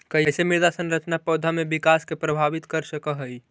कईसे मृदा संरचना पौधा में विकास के प्रभावित कर सक हई?